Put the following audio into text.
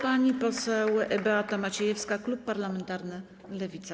Pani poseł Beata Maciejewska, klub parlamentarny Lewica.